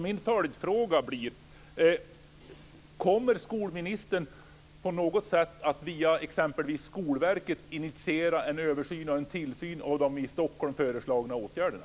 Min följdfråga blir: Kommer skolministern att på något sätt, exempelvis via Skolverket, att initiera en översyn av och en tillsyn över de i Stockholm föreslagna åtgärderna?